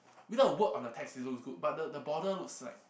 without a word on the text it looks good but the the border looks like